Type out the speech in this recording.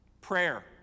prayer